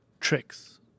tricks